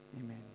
Amen